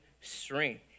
strength